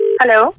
hello